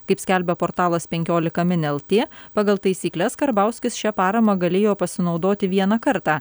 kaip skelbia portalas penkiolika min lt pagal taisykles karbauskis šia parama galėjo pasinaudoti vieną kartą